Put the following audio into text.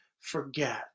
forget